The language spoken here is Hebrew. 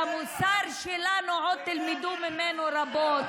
שלנו, באלעד, בבני ברק.